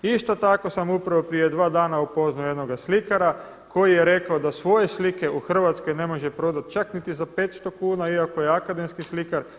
Isto tako sam upravo prije dva dana upoznao jednoga slikara koji je rekao da svoje slike u Hrvatskoj ne može prodati čak niti za 500 kuna iako je akademski slikar.